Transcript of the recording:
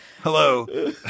Hello